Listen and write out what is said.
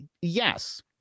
Yes